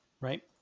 Right